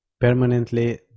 permanently